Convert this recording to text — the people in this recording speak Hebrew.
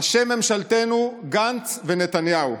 ראשי ממשלתנו גנץ ונתניהו,